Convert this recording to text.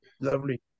lovely